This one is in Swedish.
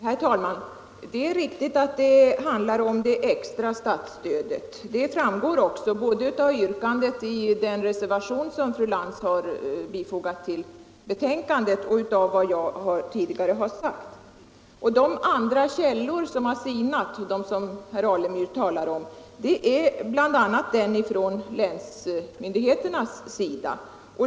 Herr talman! Det är riktigt att det handlar om det extra statsstödet; detta framgår både av yrkandet i den reservation som fru Lantz har fogat till betänkandet och av vad jag tidigare har sagt. En av de andra källor som har sinat och som herr Alemyr nu talar om är den från länsmyndigheterna.